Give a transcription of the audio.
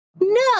No